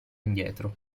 indietro